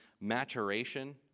maturation